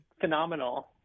phenomenal